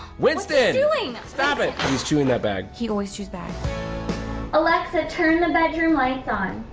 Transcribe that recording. winston stop it. he's chewing that bag. he always chews bags alexa turn the bedroom lights on.